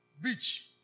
beach